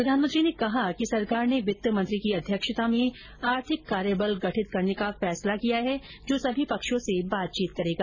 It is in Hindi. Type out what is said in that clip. प्रधानमंत्री ने कहा कि सरकार ने वित्त मंत्री की अध्यक्षता में आर्थिक कार्यबल गठित करने का फैसला किया है जो सभी पक्षों से बातचीत करेगा